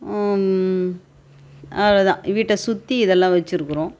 அவ்வளோதான் வீட்டை சுற்றி இதெல்லாம் வச்சிருக்கிறோம்